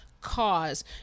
cause